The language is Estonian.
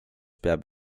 peab